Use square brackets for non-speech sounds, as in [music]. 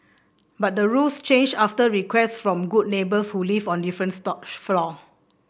but the rules changed after requests from good neighbours who lived on different [unintelligible] floors